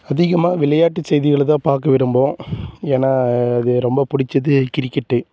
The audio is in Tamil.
அதிகமாக விளையாட்டு செய்திகளை தான் பார்க்க விரும்புகிறோம் ஏன்னால் அது ரொம்ப பிடிச்சது கிரிக்கெட்டு